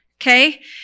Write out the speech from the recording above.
Okay